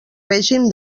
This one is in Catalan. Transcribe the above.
règim